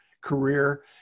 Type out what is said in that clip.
career